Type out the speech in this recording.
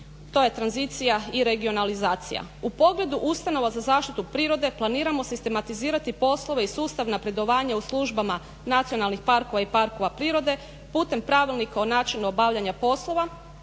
to je tranzicija i regionalizacija. U pogledu ustanova za zaštitu prirode planiramo sistematizirati poslove i sustav napredovanja u službama nacionalnih parkova i parkova prirode putem pravilnika o načinu obavljanja poslova